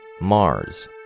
Mars